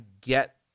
get